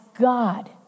God